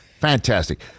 Fantastic